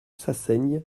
chassaigne